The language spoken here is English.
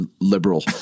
liberal